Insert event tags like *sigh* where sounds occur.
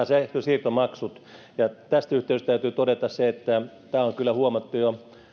*unintelligible* sähkönsiirtomaksut tässä yhteydessä täytyy todeta se että tämä on kyllä huomattu jo